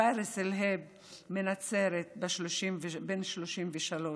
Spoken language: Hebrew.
פיראס אל-הייב מנצרת, בן 33,